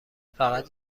فقط